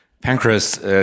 Pancreas